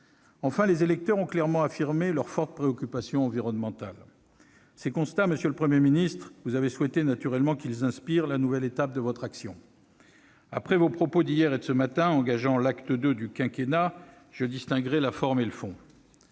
Enfin, les électeurs ont clairement affirmé leurs fortes préoccupations environnementales. Ces constats, monsieur le Premier ministre, vous avez naturellement souhaité qu'ils inspirent la nouvelle étape de votre action. Après vos propos d'hier et de ce matin, engageant l'acte II du quinquennat, je distinguerai la forme et le fond.